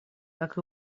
как